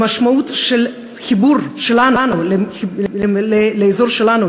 למשמעות של החיבור שלנו לאזור שלנו,